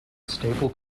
stable